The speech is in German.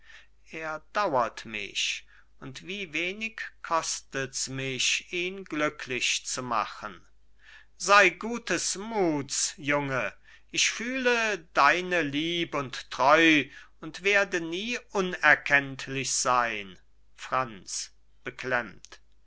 er dauert mich und wie wenig kostet's mich ihn glücklich zu machen sei gutes muts junge ich fühle deine lieb und treu und werde nie unerkenntlich sein franz